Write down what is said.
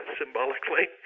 symbolically